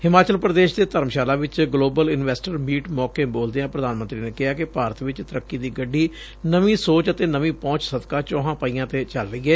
ਹਿਮਾਚਲ ਪ੍ਰਦੇਸ਼ ਦੇ ਧਰਮਸ਼ਾਲਾ ਵਿਚ global investor meet ਮੌਕੇ ਬੋਲਦਿਆਂ ਪ੍ਰਧਾਨ ਮੰਤਰੀ ਨੇ ਕਿਹਾ ਕਿ ਭਾਰਤ ਵਿਚ ਤਰੱਕੀ ਦੀ ਗੱਡੀ ਨਵੀਂ ਸੋਚ ਅਤੇ ਨਵੀਂ ਪਹੁੰਚ ਸਦਕਾਂ ਦੋਹਾਂ ਪਹੀਆਂ ਤੇ ਚਲ ਰਹੀ ਏ